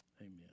Amen